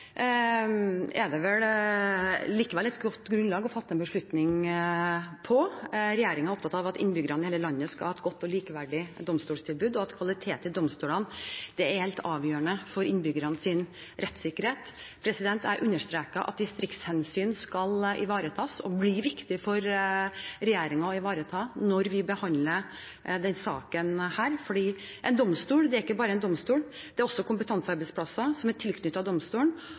er det likevel et godt grunnlag å fatte en beslutning på. Regjeringen er opptatt av at innbyggerne i hele landet skal ha et godt og likeverdig domstoltilbud, og kvaliteten i domstolene er helt avgjørende for innbyggernes rettssikkerhet. Jeg understreker at distriktshensyn skal ivaretas – og blir viktig for regjeringen å ivareta – når vi behandler denne saken. For en domstol er ikke bare en domstol; det er også kompetansearbeidsplasser som er tilknyttet domstolen.